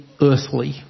earthly